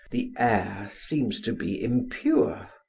the air seems to be impure.